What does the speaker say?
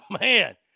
man